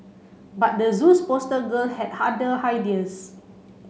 but the zoo's poster girl had other ideas